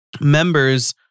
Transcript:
members